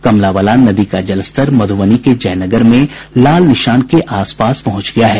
कमला बलान नदी का जलस्तर मधुबनी के जयनगर में लाल निशान के आस पास पहुंच गया है